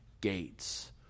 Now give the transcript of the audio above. gates